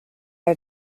are